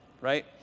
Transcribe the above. right